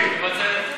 מוותר.